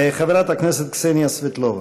חברת הכנסת קסניה סבטלובה.